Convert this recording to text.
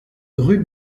rue